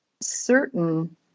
certain